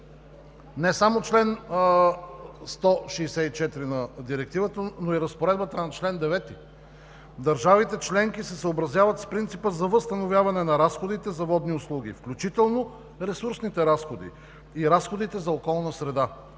не само чл. 164 на Директивата, но и разпоредбата на чл. 9: „Държавите членки се съобразяват с принципа за възстановяване на разходите за водни услуги, включително ресурсните разходи и разходите за околна среда,